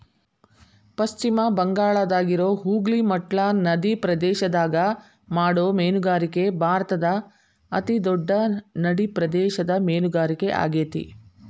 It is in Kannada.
ಪಶ್ಚಿಮ ಬಂಗಾಳದಾಗಿರೋ ಹೂಗ್ಲಿ ಮಟ್ಲಾ ನದಿಪ್ರದೇಶದಾಗ ಮಾಡೋ ಮೇನುಗಾರಿಕೆ ಭಾರತದ ಅತಿ ದೊಡ್ಡ ನಡಿಪ್ರದೇಶದ ಮೇನುಗಾರಿಕೆ ಆಗೇತಿ